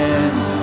end